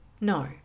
no